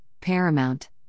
Paramount